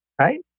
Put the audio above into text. right